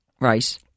Right